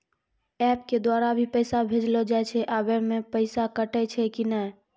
App के द्वारा भी पैसा भेजलो जाय छै आबै मे पैसा कटैय छै कि नैय?